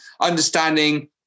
understanding